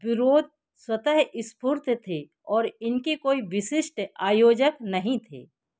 विरोध स्वतः स्फूर्त थे और इनके कोई विशिष्ट आयोजक नहीं थे